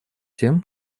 тем